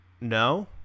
No